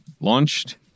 launched